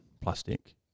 plastic